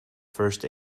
first